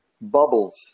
bubbles